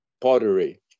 pottery